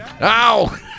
Ow